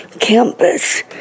campus